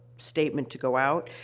statement to go out,